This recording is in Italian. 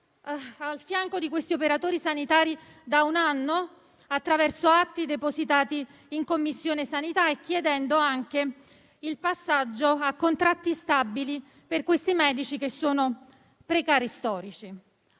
al fianco di questi operatori sanitari da un anno, attraverso atti depositati in Commissione sanità e chiedendo anche il passaggio a contratti stabili per questi medici che sono precari storici.